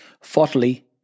Fourthly